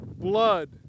blood